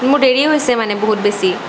মোৰ দেৰি হৈছে মানে বহুত বেছি